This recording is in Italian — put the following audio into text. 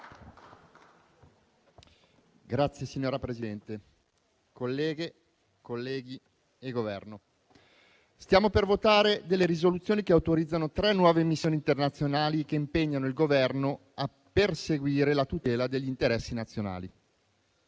Signora Presidente, colleghe, colleghi, rappresentanti del Governo, stiamo per votare delle proposte di risoluzione che autorizzano tre nuove missioni internazionali che impegnano il Governo a perseguire la tutela degli interessi nazionali.